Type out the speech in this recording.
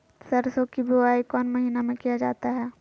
सरसो की बोआई कौन महीने में किया जाता है?